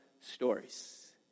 stories